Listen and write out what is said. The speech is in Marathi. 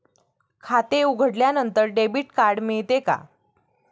खाते उघडल्यानंतर डेबिट कार्ड मिळते का?